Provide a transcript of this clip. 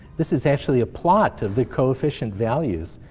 this is actually a plot of the coefficient values.